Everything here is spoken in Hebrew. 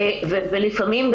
לפעמים,